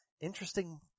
Interesting